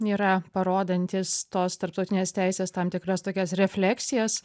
yra parodantis tos tarptautinės teisės tam tikras tokias refleksijas